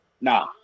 Nah